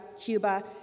Cuba